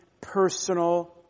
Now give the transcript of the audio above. personal